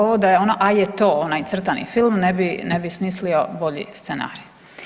Ovo da je ono „A je to“, onaj crtani film, ne bi smislio bolji scenarij.